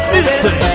Listen